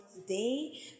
today